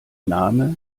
name